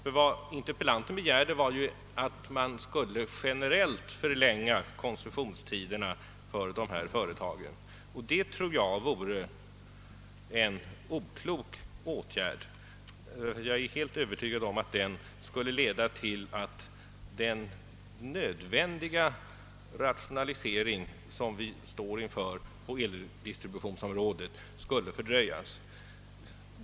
Ty vad interpellanten begärde var ju att man generellt skulle förlänga koncessionstiderna för dessa företag. Det tror jag vore en oklok åtgärd. Jag är helt övertygad om att den skulle leda till att den nödvändiga rationalisering som vi står inför på eldistributionsområdet skulle fördröjas.